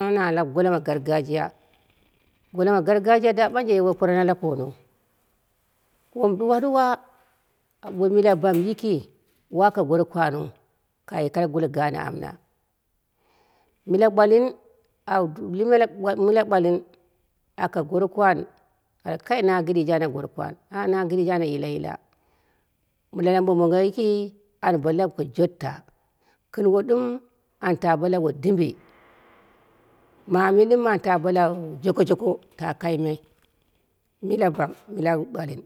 Nh na lab golo ma gargajiya, golo ma gargajiya da ɓanje woi poranau lokono, wom ɗuwa ɗuwa ambo milabam yiki wako gorokwanuu kaye kaye koro golo gaan amma, mila ɓwalin au mila ɓwalin aka gorokwan aka kai na giɗije ana gorokwan ai kai na giɗije, ana yilayila bo ambo mongo yiki an bo labko jotta, kɨnwo ɗɨm an bo labko dimbi, mami ɗim an ta bo lau joko joko ta kaimai milabam la ɓwalin.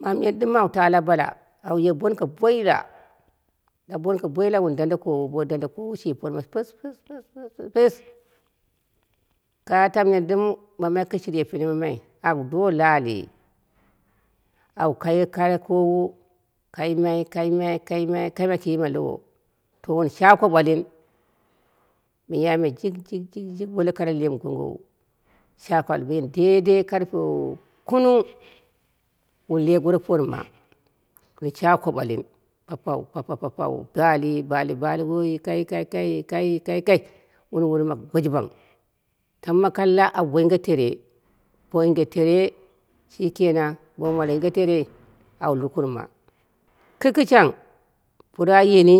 Mamanyem ɗɨm au ta labala, auye bonko boila la bonko boila wun dande kowu bou dande kowu shi parma pus pus ka tamyen ɗɨm mamai kɨ shirye pinen ma mai au do lali au kai kowu kaimai kaimai ki ma lowo, to wun shagha ko ɓwalin, miyai me jik jik jik wole koro leem gongowu, sha bo ko al a ayeni deidei karpe kunug wun loi goro porma gɨn shagha ko ɓwalin papu papa papau bali bali bali woi kai kakaki kai kai kai wun worma guji bang. Tamma kaka au bo yinge tere bou yinge tere shikenang bou malowu yinge terei shikenang bou malowu yinge terei au lukurma, kɨkɨshang pori a yeni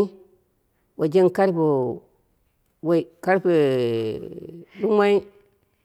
wanje karpe woi karpee ɗumoi